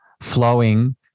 flowing